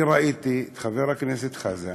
אני ראיתי את חבר הכנסת חזן,